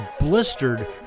blistered